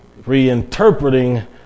reinterpreting